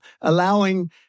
allowing